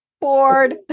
Bored